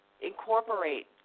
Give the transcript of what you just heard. incorporate